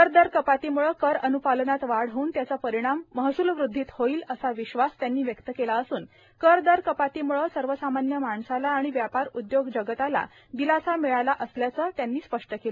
कर दर कपातीमुळे कर अनुपालनात वाढ होऊन त्याचा परिणाम महसूल वृद्धीत होईल असा विश्वास त्यांनी व्यक्त केला असून कर दर कपातीमुळे सर्वसामान्य माणसाला आणि व्यापार उद्योग जगताला दिलासा मिळाला असल्याचे त्यांनी स्पष्ट केले